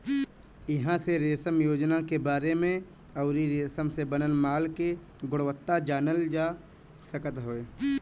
इहां से रेशम योजना के बारे में अउरी रेशम से बनल माल के गुणवत्ता जानल जा सकत हवे